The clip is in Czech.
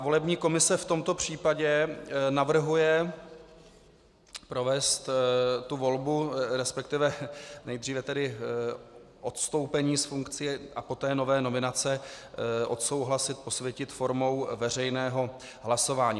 Volební komise v tomto případě navrhuje provést tu volbu, respektive nejdříve tedy odstoupení z funkcí a poté nové nominace odsouhlasit, posvětit formou veřejného hlasování.